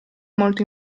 molto